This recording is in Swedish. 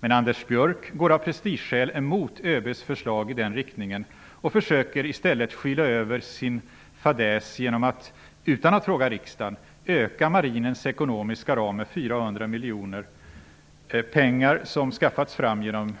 Men Anders Björk går av prestigeskäl emot ÖB:s förslag i den riktningen och försöker i stället skyla över sin fadäs genom att utan att fråga riksdagen öka marinens ekonomiska ram med 400 miljoner -- pengar som skaffats fram genom